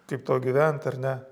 kaip tau gyvent ar ne